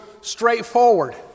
straightforward